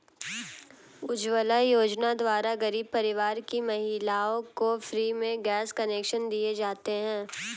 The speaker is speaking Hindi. उज्जवला योजना द्वारा गरीब परिवार की महिलाओं को फ्री में गैस कनेक्शन दिए जाते है